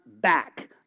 back